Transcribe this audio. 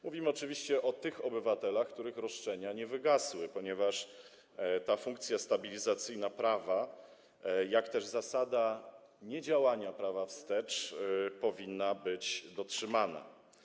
Mówimy oczywiście o tych obywatelach, których roszczenia nie wygasły, ponieważ funkcja stabilizacyjna prawa, jak również zasada niedziałania prawa wstecz, powinny być dotrzymane.